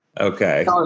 Okay